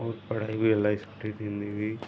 ऐं पढ़ाई बि इलाही सुठी थींदी हुई